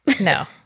No